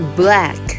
black